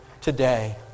today